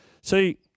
See